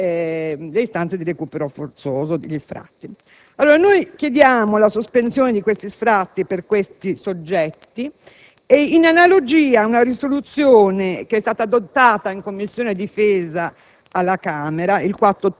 a cui sono seguite le istanze di recupero forzoso (gli sfratti). Noi chiediamo la sospensione degli sfratti per questi soggetti e, in analogia a una risoluzione che è stata adottata in Commissione difesa